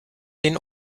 den